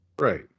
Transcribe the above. right